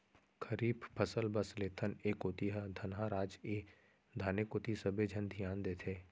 खरीफ फसल बस लेथन, ए कोती ह धनहा राज ए धाने कोती सबे झन धियान देथे